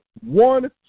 one